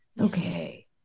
Okay